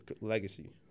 legacy